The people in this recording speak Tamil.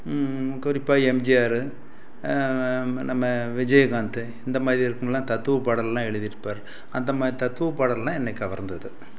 குறிப்பாக எம்ஜிஆர் நம்ம விஜயகாந்த் இந்தமாதிரி இருக்குமில்ல தத்துவப்பாடல்கள்லாம் எழுதியிருப்பார் அந்தமாதிரி தத்துவப்பாடல்கள்லாம் என்னைக் கவர்ந்தது